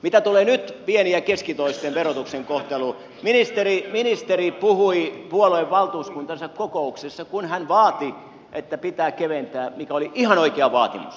mitä tulee nyt pieni ja keskituloisten verotuksen kohteluun ministeri puhui puoluevaltuuskuntansa kokouksessa kun hän vaati että pitää keventää mikä oli ihan oikea vaatimus